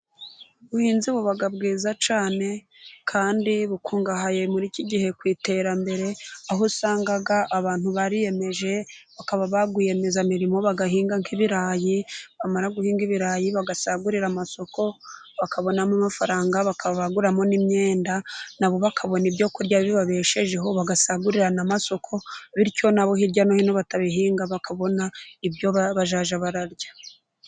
Ubuhinzi buba bwiza cyane kandi bukungahaye muri iki gihe ku iterambere, aho usanga abantu bariyemeje bakaba ba rwiyemezamirimo bagahinga nk'ibirayi, bamara guhinga ibirayi bagasagurira amasoko bakabonamo amafaranga, bakaba baguramo n'imyenda na bo bakabona ibyo kurya bibabeshejeho, bagasagurira n'amasoko bityo n'abo hirya no hino batabihinga bakabona ibyo bazajya barya.